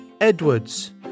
Edwards